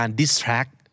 distract